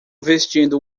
vestindo